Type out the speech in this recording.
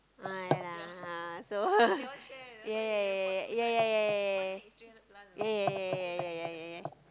ah yeah lah ah so yeah yeah yeah yeah yeah yeah yeah yeah yeah yeah yeah yeah yeah yeah yeah